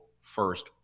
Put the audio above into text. first